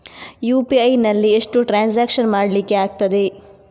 UPI ನಲ್ಲಿ ಎಷ್ಟು transaction ಮಾಡ್ಲಿಕ್ಕೆ ಆಗ್ತದೆ?